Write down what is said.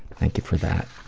thank you for that.